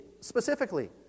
specifically